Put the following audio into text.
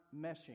meshing